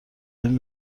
این